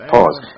Pause